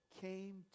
came